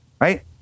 right